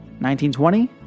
1920